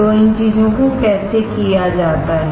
तो इन चीजों को कैसे किया जाता है